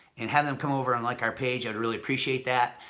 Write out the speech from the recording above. and have them come over and like our page. i'd really appreciate that.